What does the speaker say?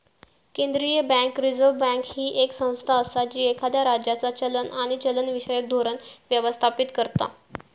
केंद्रीय bank, reserve bank, ही येक संस्था असा जी एखाद्या राज्याचा चलन आणि चलनविषयक धोरण व्यवस्थापित करता